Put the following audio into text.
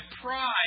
pride